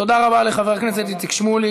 תודה רבה לחבר הכנסת איציק שמולי.